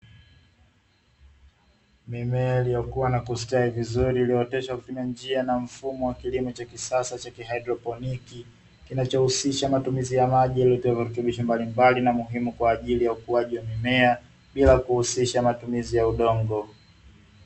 Mimea iliyokuwa na kustawi vizuri, iliyooteshwa kwa kutumia njia na mfumo wa kilimo cha kisasa cha kihaidroponi, kinachohusisha matumizi ya maji yaliyotiwa virutubisho mbalimbali na muhimu kwa ajili ya ukuaji wa mimea, bila kuhusisha matumizi ya udongo.